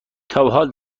تابحال